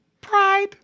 Pride